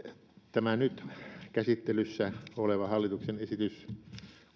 tämä nyt käsittelyssä oleva hallituksen esitys